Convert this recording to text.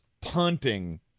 punting